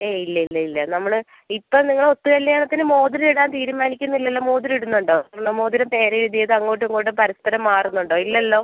ഏയ് ഇല്ല ഇല്ല ഇല്ല നമ്മൾ ഇപ്പം നിങ്ങൾ ഒത്ത് കല്ല്യാണത്തിന് മോതിരം ഇടാൻ തീരുമാനിക്കുന്നില്ലല്ലോ മോതിരം ഇടുന്നുണ്ടോ മോതിരം പേര് എഴുതിയത് അങ്ങോട്ടും ഇങ്ങോട്ടും പരസ്പരം മാറുന്നുണ്ടോ ഇല്ലല്ലോ